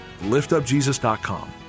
liftupjesus.com